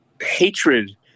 hatred